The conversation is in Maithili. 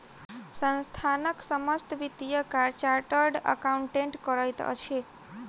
संस्थानक समस्त वित्तीय कार्य चार्टर्ड अकाउंटेंट करैत अछि